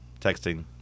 texting